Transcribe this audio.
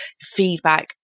feedback